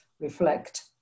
reflect